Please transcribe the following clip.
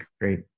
great